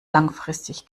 langfristig